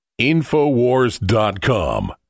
InfoWars.com